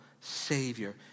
Savior